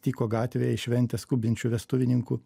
tyko gatvėje į šventę skubinčių vestuvininkų